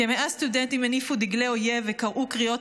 כ-100 סטודנטים הניפו דגלי אויב וקראו קריאות